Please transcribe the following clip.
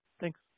Thanks